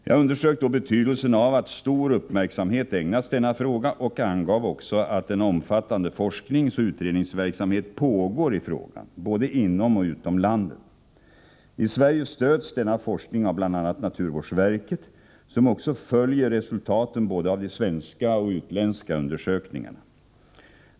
Jag underströk då betydelsen av att stor uppmärksamhet ägnas denna fråga och angav också att en omfattande forskningsoch utredningsverksamhet pågår i frågan, både inom och utom landet. I Sverige stöds denna forskning av bl.a. naturvårdsverket, som också följer resultaten av både de svenska och de utländska undersökningarna.